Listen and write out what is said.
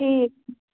ٹھیٖک